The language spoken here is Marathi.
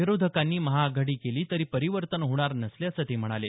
विरोधकांनी महाआघाडी केली तरी परिवर्तन होणार नसल्याचं ते म्हणाले